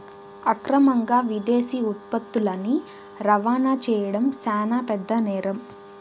అక్రమంగా విదేశీ ఉత్పత్తులని రవాణా చేయడం శాన పెద్ద నేరం